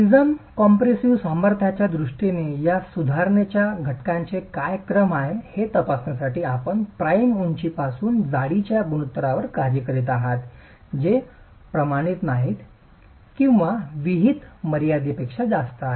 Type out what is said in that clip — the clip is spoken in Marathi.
प्रिझम कॉम्प्रेशिव्ह सामर्थ्याच्या दृष्टीने या सुधारणेच्या घटकांचे काय क्रम आहे हे तपासण्यासाठी आपण प्राइम उंचीपासून जाडीच्या गुणोत्तरांवर कार्य करीत आहात जे प्रमाणित नाहीत किंवा विहित मर्यादेपेक्षा जास्त आहेत